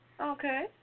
Okay